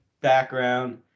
background